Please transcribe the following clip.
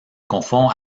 confond